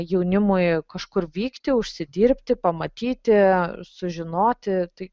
jaunimui kažkur vykti užsidirbti pamatyti sužinoti tai